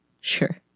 Sure